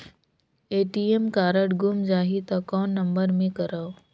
ATM card गुम जाही त कौन नम्बर मे करव?